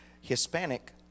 Hispanic